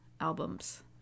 albums